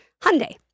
Hyundai